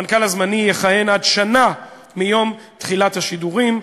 המנכ"ל הזמני יכהן עד שנה מיום תחילת השידורים.